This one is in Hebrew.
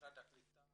במשרד הקליטה